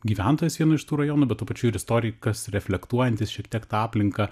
gyventojas vieno iš tų rajonų bet tuo pačiu ir istorikas reflektuojantis šiek tiek tą aplinką